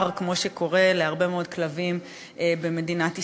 בר, כמו שקורה להרבה מאוד כלבים במדינת ישראל.